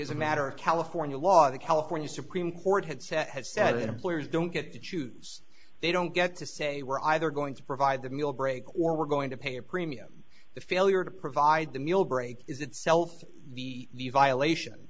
as a matter of california law the california supreme court had said has said that employers don't get to choose they don't get to say we're either going to provide the meal breaks or we're going to pay a premium the failure to provide the meal break is itself the violation